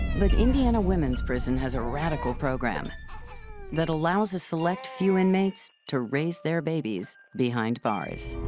but indiana women's prison has a radical program that allows a select few inmates to raise their babies behind bars.